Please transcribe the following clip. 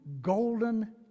golden